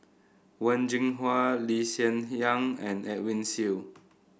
Wen Jinhua Lee Hsien Yang and Edwin Siew